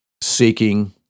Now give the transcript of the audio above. seeking